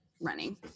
running